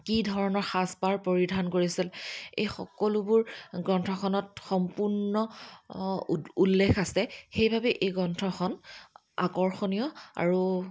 কি ধৰণৰ সাজপাৰ পৰিধান কৰিছিল এই সকলোবোৰ গ্ৰন্থখনত সম্পূৰ্ণ উল্লেখ আছে সেইবাবেই এই গ্ৰন্থখন আকৰ্ষণীয় আৰু